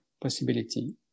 possibility